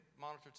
monitor